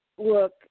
look